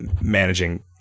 managing